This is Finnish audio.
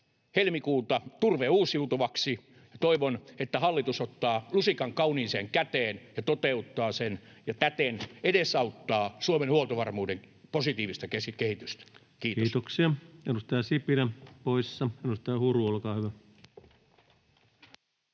”Turve uusiutuvaksi”, ja toivon, että hallitus ottaa lusikan kauniiseen käteen ja toteuttaa sen ja täten edesauttaa Suomen huoltovarmuuden positiivista kehitystä. — Kiitos. [Speech 91] Speaker: Ensimmäinen varapuhemies